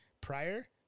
prior